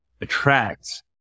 attracts